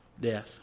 death